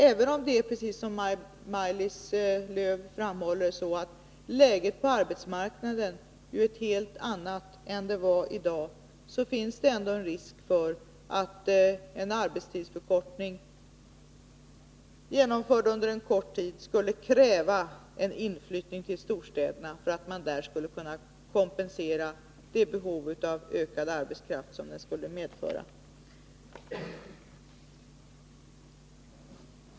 Även om, precis som Maj-Lis Lööw framhöll, läget på arbetsmarknaden i dag är ett helt annat, finns det risk för att en arbetstidsförkortning genomförd under en kort tid skulle kräva en inflyttning till storstäderna för att man där skulle kunna tillgodose det ökade behov av arbetskraft som en förkortning skulle medföra.